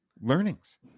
learnings